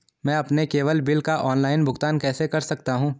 मैं अपने cable bill का ऑनलाइन भुगतान कैसे कर सकता हूं?